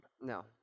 No